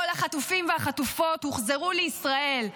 כל החטופים והחטופות הוחזרו לישראל.